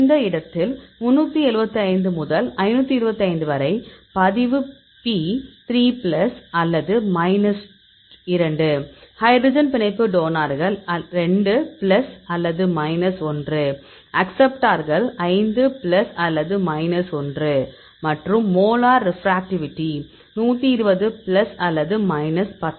இந்த இடத்தில் 375 முதல் 525 வரை பதிவு P 3 பிளஸ் அல்லது மைனஸ் 2 ஹைட்ரஜன் பிணைப்பு டோனார்கள் 2 பிளஸ் அல்லது மைனஸ் 1 அக்சப்ட்டார்கள் 5 பிளஸ் அல்லது மைனஸ் 1 மற்றும் மோலார் ரிப்ராக்டரிவிட்டி 120 பிளஸ் அல்லது மைனஸ் 10